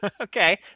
Okay